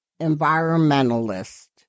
environmentalist